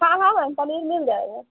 हाँ हाँ पनीर मिल जाएगा